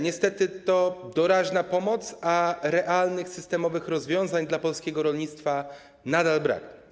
Niestety, to doraźna pomoc, a realnych, systemowych rozwiązań dla polskiego rolnictwa nadal brak.